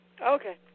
Okay